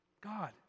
God